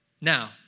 Now